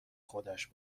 خودش